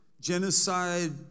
genocide